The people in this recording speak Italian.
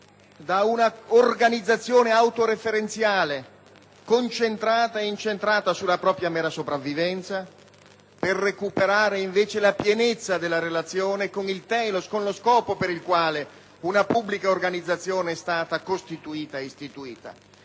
un'organizzazione autoreferenziale concentrata e incentrata sulla propria mera sopravvivenza, per recuperare invece la pienezza della relazione con lo scopo per il quale una pubblica amministrazione è stata costituita e istituita.